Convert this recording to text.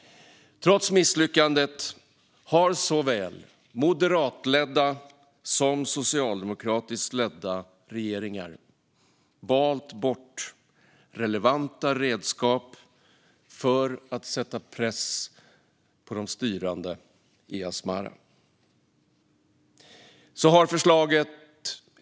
Trots misslyckandet har såväl moderatledda som socialdemokratiskt ledda regeringar valt bort relevanta redskap för att sätta press på de styrande i Asmera.